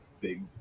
big